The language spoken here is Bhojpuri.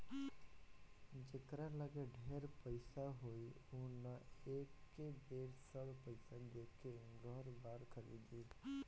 जेकरा लगे ढेर पईसा होई उ न एके बेर सब पईसा देके घर बार खरीदी